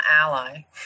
ally